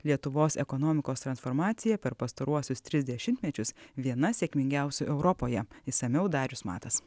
lietuvos ekonomikos transformacija per pastaruosius tris dešimtmečius viena sėkmingiausių europoje išsamiau darius matas